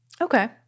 Okay